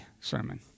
sermon